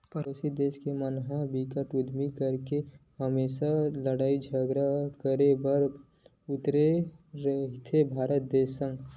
परोसी देस के मन ह बिकट उदिम करके हमेसा लड़ई झगरा करे बर उतारू रहिथे भारत देस संग